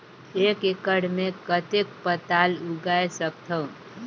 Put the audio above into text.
एक एकड़ मे कतेक पताल उगाय सकथव?